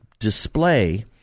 display